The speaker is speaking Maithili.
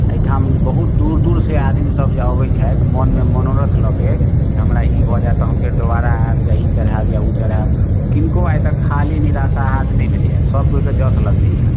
एहिठाम बहुत दूर दूरसे आदमीसभ जे अबै छथि मोनमे मनोरथ लऽ के जे हमरा ई भऽ जाएत तऽ हम फेर दोबारा आएब या ई चढ़ाएब या ओ चढ़ाएब किनको आइ तक खाली निराशा हाथ नहि भेलैए सब कोइके जस लगलैए